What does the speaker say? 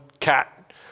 Cat